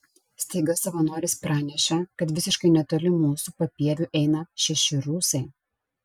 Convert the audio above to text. staiga savanoris pranešė kad visiškai netoli mūsų papieviu eina šeši rusai